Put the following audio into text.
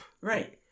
Right